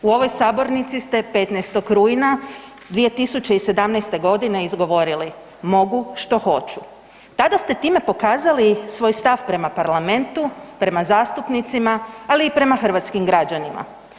U ovoj sabornici ste 15. rujna 2017.g. izgovorili mogu što hoću, tada ste time pokazali svoj stav prema Parlamentu, prema zastupnicima, ali i prema hrvatskim građanima.